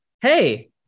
Hey